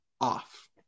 off